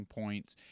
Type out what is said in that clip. points